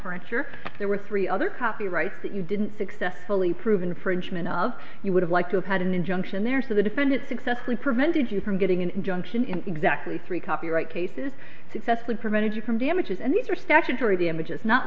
here there were three other copyright that you didn't successfully prove infringement of you would have liked to have had an injunction there so the defendant successfully prevented you from getting an injunction in exactly three copyright cases successfully prevented you from damages and these are statutory damages not